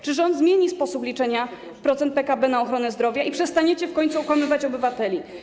Czy rząd zmieni sposób liczenia procentu PKB na ochronę zdrowia i czy przestaniecie w końcu okłamywać obywateli?